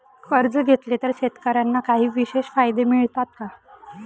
कर्ज घेतले तर शेतकऱ्यांना काही विशेष फायदे मिळतात का?